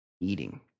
eating